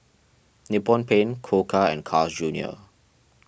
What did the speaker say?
Nippon Paint Koka and Carl's Junior